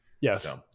Yes